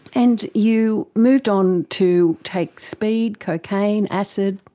and you moved on to take speed, cocaine, acid,